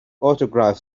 autograph